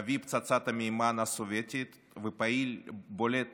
אבי פצצת המימן הסובייטית ופעיל בולט